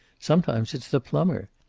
sometimes it's the plumber.